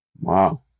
Wow